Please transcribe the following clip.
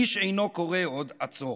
איש אינו קורא עוד: / עצור!